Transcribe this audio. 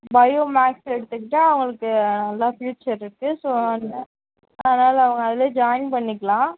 bio maths எடுத்துக்கிட்டா அதுக்கு நல்லா பியூச்சர் இருக்கு ஸோ அதனால் அவங்க அதுலே ஜாயின் பண்ணிக்லாம்